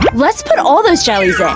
let's put all those jellies ah